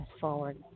forward